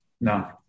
no